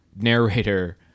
narrator